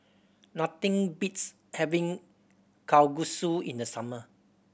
nothing beats having Kalguksu in the summer